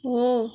हो